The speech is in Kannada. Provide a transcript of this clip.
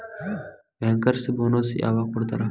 ಬ್ಯಾಂಕರ್ಸ್ ಬೊನಸ್ ಯವಾಗ್ ಕೊಡ್ತಾರ?